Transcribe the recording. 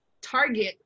target